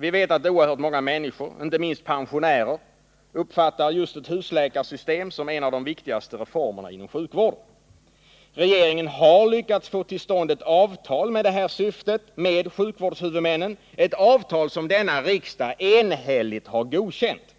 Vi vet att oerhört många människor, inte minst pensionärer, uppfattar just ett husläkarsystem som en av de viktigaste reformerna inom sjukvården. Regeringen har lyckats få till stånd ett avtal med det här syftet med sjukvårdshuvudmännen, ett avtal som riksdagen enhälligt har godkänt.